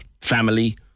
family